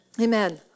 Amen